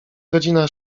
godzina